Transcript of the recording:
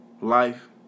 life